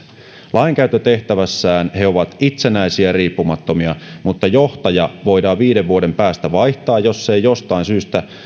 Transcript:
lainkäyttötehtävässään he ovat itsenäisiä ja riippumattomia mutta johtaja voidaan viiden vuoden päästä vaihtaa jos eivät jostain syystä